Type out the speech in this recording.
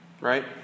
right